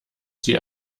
sie